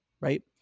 right